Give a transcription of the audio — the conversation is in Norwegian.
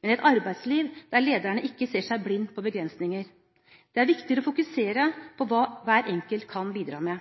men et arbeidsliv der lederne ikke ser seg blind på begrensninger. Det er viktigere å fokusere på hva hver enkelt kan bidra med.